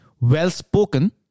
well-spoken